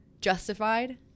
justified